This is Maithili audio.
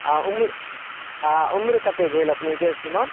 आ उम्र अहाॅंके कते भेल अपनेके श्रीमान